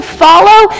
follow